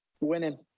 winning